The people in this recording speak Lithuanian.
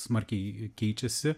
smarkiai keičiasi